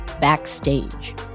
Backstage